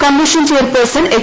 commission chairperson H